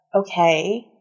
okay